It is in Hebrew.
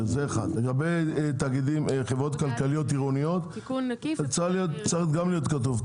לגבי חברות כלכליות עירוניות, גם צריך להיות כתוב.